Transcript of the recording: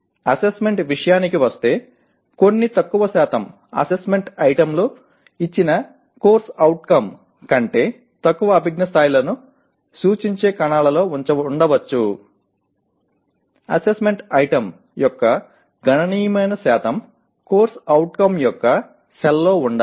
అసెస్మెంట్కు విషయానికి వస్తే కొన్ని తక్కువ శాతం అసెస్మెంట్ ఐటెమ్లు ఇచ్చిన CO కంటే తక్కువ అభిజ్ఞా స్థాయిలను సూచించే కణాలలో ఉండవచ్చు అసెస్మెంట్ ఐటెమ్ యొక్క గణనీయమైన శాతం CO యొక్క సెల్లో ఉండాలి